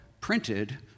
printed